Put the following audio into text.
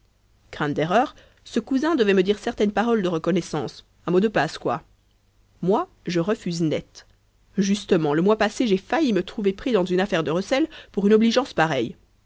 crainte d'erreur ce cousin devait me dire certaines paroles de reconnaissance un mot de passe quoi moi je refuse net justement le mois passé j'ai failli me trouver pris dans une affaire de recel pour une obligeance pareille